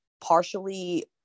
partially